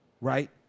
right